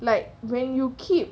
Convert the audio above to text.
like when you keep